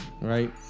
right